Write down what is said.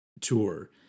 tour